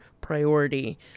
priority